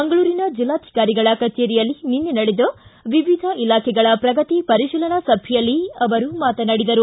ಮಂಗಳೂರಿನ ಜಿಲ್ಲಾಧಿಕಾರಿಗಳ ಕಚೇರಿಯಲ್ಲಿ ನಿನ್ನೆ ನಡೆದ ವಿವಿಧ ಇಲಾಖೆಗಳ ಪ್ರಗತಿ ಪರಿಶೀಲನಾ ಸಭೆಯಲ್ಲಿ ಅವರು ಮಾತನಾಡಿದರು